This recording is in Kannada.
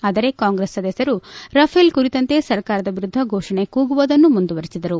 ಆದರೆ ಕಾಂಗ್ರೆಸ್ ಸದಸ್ದರು ರಫೇಲ್ ಕುರಿತಂತೆ ಸರ್ಕಾರದ ವಿರುದ್ದ ಘೋಷಣೆ ಕೂಗುವುದನ್ನು ಮುಂದುವರೆಸಿದರು